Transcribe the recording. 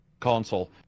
console